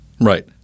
Right